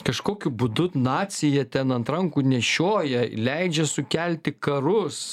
kažkokiu būdu nacija ten ant rankų nešioja leidžia sukelti karus